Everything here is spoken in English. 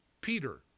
Peter